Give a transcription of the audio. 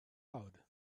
out